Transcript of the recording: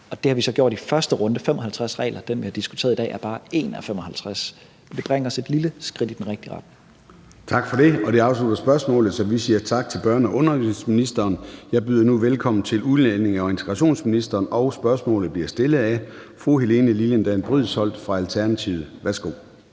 Det har vi så gjort i første runde med 55 regler, og den, vi har diskuteret i dag, er bare én ud af 55 regler. Det bringer os et lille skridt i den rigtige retning. Kl. 14:26 Formanden (Søren Gade): Tak for det. Det afslutter spørgsmålet. Så vi siger tak til børne- og undervisningsministeren. Jeg byder nu velkommen til udlændinge- og integrationsministeren, og spørgsmålet bliver stillet af fru Helene Liliendahl Brydensholt fra Alternativet. Kl.